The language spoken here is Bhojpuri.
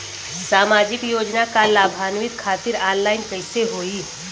सामाजिक योजना क लाभान्वित खातिर ऑनलाइन कईसे होई?